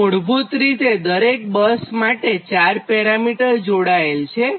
તો મૂળભૂત રીતે દરેક બસ માટે 4 પેરામિટર જોડાયેલ છે